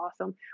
awesome